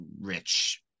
rich